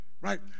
right